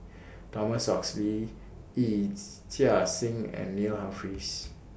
Thomas Oxley Yee Chia Hsing and Neil Humphreys